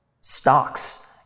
stocks